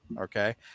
Okay